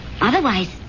Otherwise